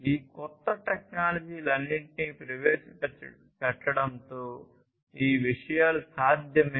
ఈ కొత్త టెక్నాలజీలన్నింటినీ ప్రవేశపెట్టడంతో ఈ విషయాలు సాధ్యమే